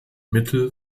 mittel